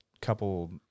couple